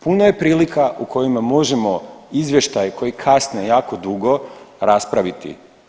Puno je prilika u kojima možemo izvještaj koji kasne jako dugo raspraviti.